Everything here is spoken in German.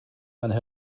einen